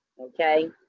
okay